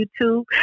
YouTube